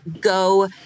go